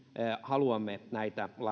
haluamme näitä